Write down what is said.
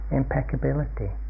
impeccability